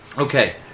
Okay